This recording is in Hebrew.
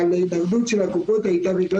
אבל ההתנגדות של הקופות הייתה בגלל